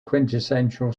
quintessential